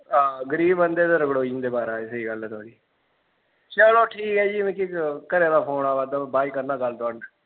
हां गरीब बंदे ते रगड़ोई जंदे महाराज स्हेई गल्ल ऐ थुआढ़ी चलो ठीक ऐ जी मिगी घरै दा फोन आवा दा हून बाद च करना गल्ल थुआढ़े नै